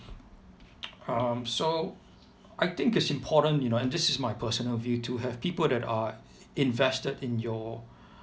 um so I think it's important you know and this is my personal view to have people that are invested in your